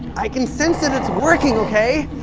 i can sense that it's working, okay?